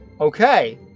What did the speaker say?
Okay